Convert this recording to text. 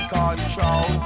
control